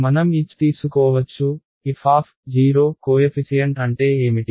మనం h తీసుకోవచ్చు f coefficient అంటే ఏమిటి